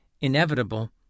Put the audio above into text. inevitable